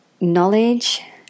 knowledge